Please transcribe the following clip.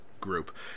group